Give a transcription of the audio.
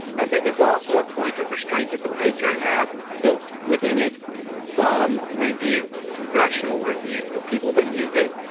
i think it's also a point of restraint that the patriot has built within it some review, congressional review where people that use it,